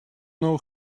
know